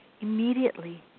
immediately